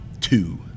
two